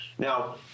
Now